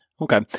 Okay